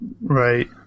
Right